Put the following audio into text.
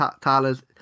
Tyler's